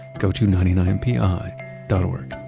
go to ninety nine pi dot org.